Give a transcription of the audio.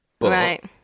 Right